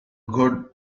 good